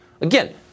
Again